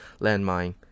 landmine